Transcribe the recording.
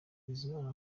bizimana